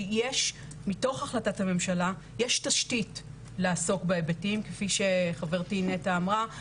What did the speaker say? שמתוך החלטת הממשלה יש תשתית לעסוק בהיבטים כפי שחברתי נטע אמרה,